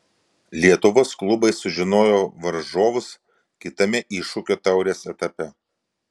lietuvos klubai sužinojo varžovus kitame iššūkio taurės etape